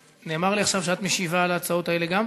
נאמר לי עכשיו שאת משיבה על ההצעות האלה גם?